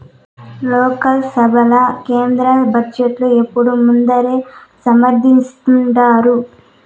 లోక్సభల కేంద్ర బడ్జెటు ఎప్పుడూ ముందరే సమర్పిస్థాండారు